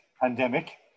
pandemic